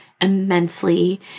immensely